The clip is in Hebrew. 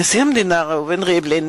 נשיא המדינה ראובן ריבלין